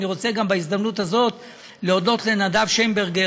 ואני רוצה גם בהזדמנות הזאת להודות לנדב שיינברגר,